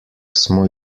smo